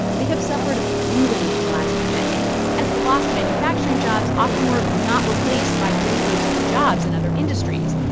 they have suffered brutally in the last few decades, as the lost manufacturing jobs often were not replaced by really good new jobs in and other industries.